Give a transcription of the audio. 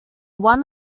one